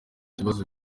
ibibazo